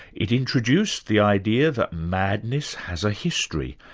it introduced the idea that madness has a history,